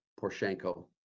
Poroshenko